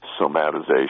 somatization